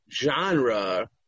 genre